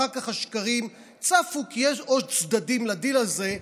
אחר כך השקרים צפו, כי יש עוד צדדים לדיל הזה,